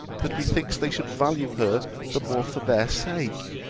that methinks they should value her the more for their sake?